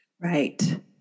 Right